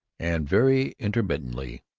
and, very intermittently,